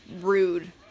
rude